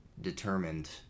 determined